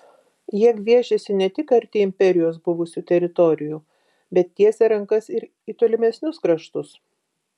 jie gviešiasi ne tik arti imperijos buvusių teritorijų bet tiesia rankas ir į tolimesnius kraštus